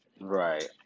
Right